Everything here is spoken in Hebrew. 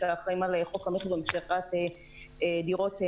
שאחראים על חוק המכר ומסירת דירות מקבלן,